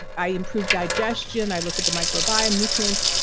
i improve digestion. i look at the microbiome nutrients.